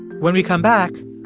when we come back,